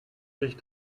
sich